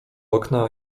okna